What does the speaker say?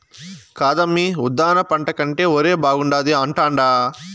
కాదమ్మీ ఉద్దాన పంట కంటే ఒరే బాగుండాది అంటాండా